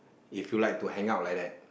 if your like to hang out like that